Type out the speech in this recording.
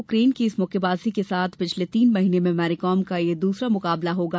Ukraine की इस मुक्केबाज के साथ पिछले तीन महीने में मेरिकॉम का यह दूसरा मुकाबला होगा